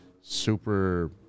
super